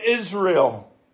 Israel